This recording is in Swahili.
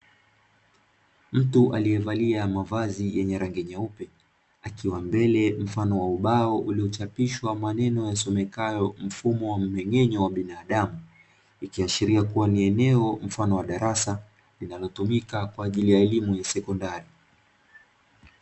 Mtu aliyevalia mavazi yenye rangi nyeupe akiwa mbele mfano wa ubao uliochapishwa maneno yasomekayo mfumo wa mmeng'enyo wa binadamu, ikiashiria kuwa ni eneo mfano wa darasa linalotumika kwaajili ya elimu ya sekondari.